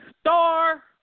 Star